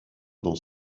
dans